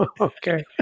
okay